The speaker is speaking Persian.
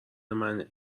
منه